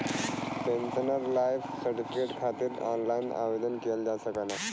pensioner life certificate खातिर online आवेदन किहल जा सकला